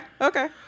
Okay